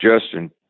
Justin